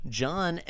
john